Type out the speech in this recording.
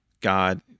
God